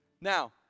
Now